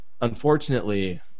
unfortunately